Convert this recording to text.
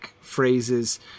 phrases